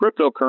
cryptocurrency